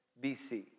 BC